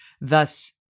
thus